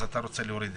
אתה רוצה להוריד את זה.